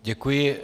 Děkuji.